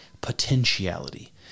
potentiality